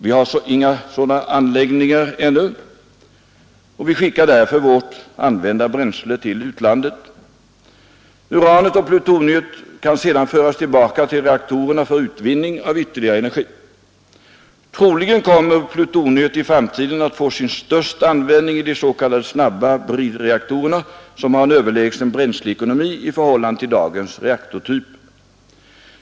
Vi har inga sådana anläggningar ännu, och vi skickar därför vårt använda bränsle till utlandet. Uranet och plutoniet kan sedan föras tillbaka till reaktorerna för utvinning av ytterligare energi. Troligen kommer plutoniet i framtiden att få sin största användning i de s.k. snabba bridreaktorerna, som har en överlägsen bränsleekonomi i förhållande till dagens reaktortyper.